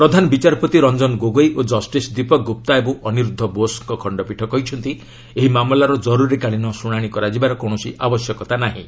ପ୍ରଧାନ ବିଚାରପତି ରଞ୍ଜନ ଗୋଗୋଇ ଓ ଜଷ୍ଟିସ୍ ଦୀପକ୍ ଗୁପ୍ତ ଏବଂ ଅନିରୁଦ୍ଧ ବୋଷ୍ଙ୍କ ଖଣ୍ଡପୀଠ କହିଛନ୍ତି ଏହି ମାମଲାର ଜରୁରୀକାଳୀନ ଶୁଣାଣି କରାଯିବାର କୌଣସି ଆବଶ୍ୟକତା ନାହିଁ